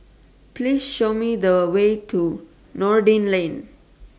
Please Show Me The Way to Noordin Lane